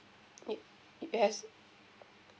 yup yes